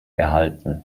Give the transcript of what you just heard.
erhalten